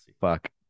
fuck